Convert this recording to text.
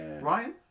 Ryan